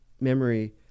memory